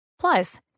Plus